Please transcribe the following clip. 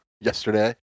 yesterday